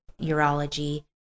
urology